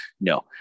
no